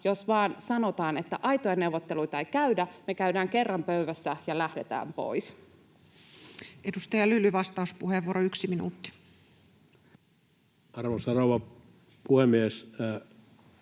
jos vaan sanotaan, että ”aitoja neuvotteluita ei käydä, me käydään kerran pöydässä ja lähdetään pois”. Edustaja Lyly, vastauspuheenvuoro, yksi minuutti. Arvoisa rouva puhemies!